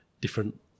different